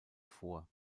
vor